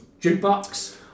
jukebox